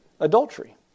Adultery